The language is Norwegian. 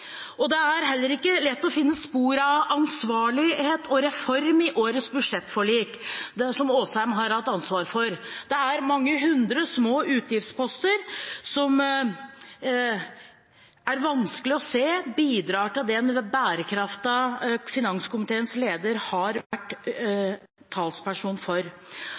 budsjettet. Det er heller ikke lett å finne spor av ansvarlighet og reform i årets budsjettforlik – det som Asheim har hatt ansvar for. Det er mange hundre små utgiftsposter som det er vanskelig å se bidrar til den bærekraften finanskomiteens leder har vært talsperson for.